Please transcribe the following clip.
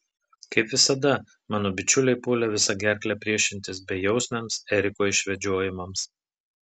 kaip visada mano bičiuliai puolė visa gerkle priešintis bejausmiams eriko išvedžiojimams